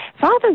Fathers